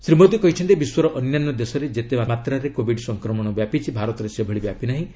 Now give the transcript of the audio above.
ପ୍ରଧାନମନ୍ତ୍ରୀ କହିଛନ୍ତି ବିଶ୍ୱର ଅନ୍ୟାନ୍ୟ ଦେଶରେ ଯେତେ ମାତ୍ରାରେ କୋବିଡ୍ ସଂକ୍ରମଣ ବ୍ୟାପିଛି ଭାରତରେ ସେଭଳି ବ୍ୟାପି ନାହିଁ